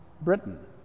Britain